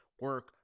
Work